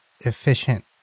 efficient